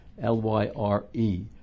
L-Y-R-E